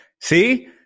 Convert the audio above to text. See